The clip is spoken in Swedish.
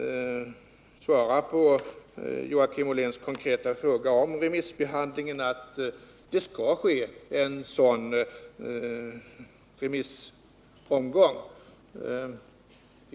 På Joakim Olléns konkreta fråga om remissbehandlingen vill jag svara att en sådan remissomgång kommer.